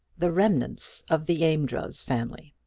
the remnants of the amedroz family.